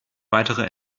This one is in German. weitere